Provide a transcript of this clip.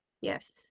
yes